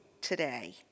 today